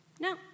No